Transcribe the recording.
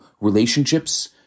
relationships